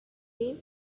been